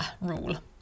rule